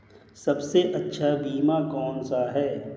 सबसे अच्छा बीमा कौन सा है?